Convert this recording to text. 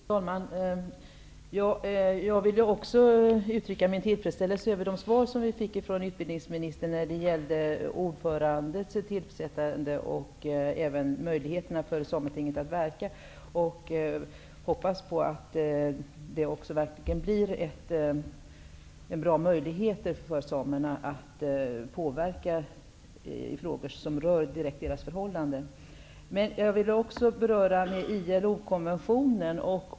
Fru talman! Jag vill också uttrycka min tillfredsställelse över det svar som vi fick av utbildningsministern när det gäller tillsättande av ordförande och även när det gäller möjligheterna för Sametinget att verka. Och jag hoppas att det verkligen blir goda möjligheter för samerna att påverka i frågor som direkt rör deras förhållanden. Men jag vill också beröra ILO-konventionen.